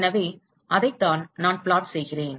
எனவே அதைத்தான் நான் பிளாட் செய்கிறேன்